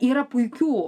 yra puikių